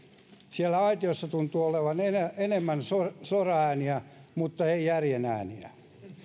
siellä aitiossa tuntuu olevan enemmän soraääniä mutta ei järjen ääniä